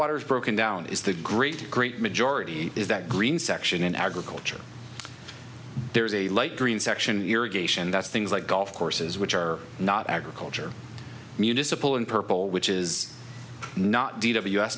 water is broken down is the great great majority is that green section in agriculture there is a light green section irrigation that's things like golf courses which are not agriculture municipal and purple which is not d